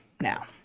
now